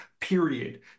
period